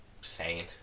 sane